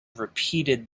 repeated